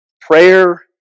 Prayer